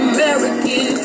American